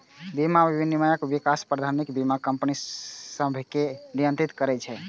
बीमा विनियामक विकास प्राधिकरण बीमा कंपनी सभकें नियंत्रित करै छै